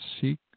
seek